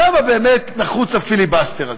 למה באמת נחוץ הפיליבסטר הזה?